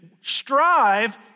Strive